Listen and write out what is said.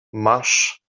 masz